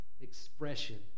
expression